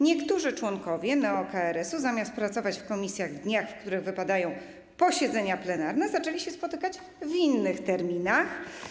Niektórzy członkowie neo-KRS-u zamiast pracować w komisjach w dniach, w których wypadają posiedzenia plenarne, zaczęli się spotykać w innych terminach.